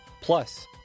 plus